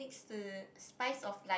er spice of life